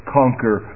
conquer